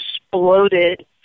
exploded